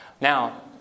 Now